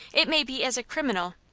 it may be as a criminal,